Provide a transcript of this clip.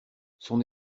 son